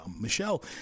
Michelle